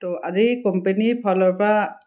তো আজি কোম্পেনিফলৰপৰা